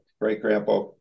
great-grandpa